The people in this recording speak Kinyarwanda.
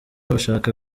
bashake